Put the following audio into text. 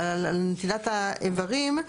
על נטילת האיברים,